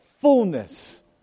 fullness